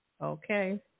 okay